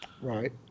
right